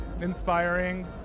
inspiring